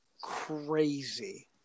crazy